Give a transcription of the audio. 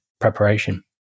preparation